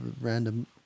random